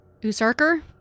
Usarker